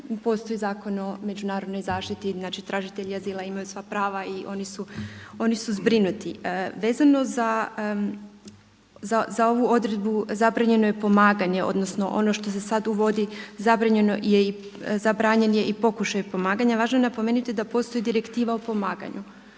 postoji Zakon o međunarodnoj zaštiti, znači tražitelji azila imaju sva prava i oni su zbrinuti. Vezano za ovu odredbu, zabranjeno je pomaganje odnosno ono što se sad uvodi zabranjen je i pokušaj pomaganja. Važno je napomenuti da postoji direktiva o pomaganju